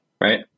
right